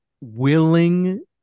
Willing